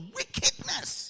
wickedness